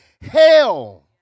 hell